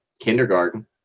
kindergarten